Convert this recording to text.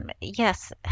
Yes